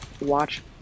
watch